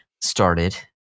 started